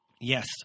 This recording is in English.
Yes